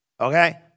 okay